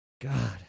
God